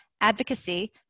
advocacy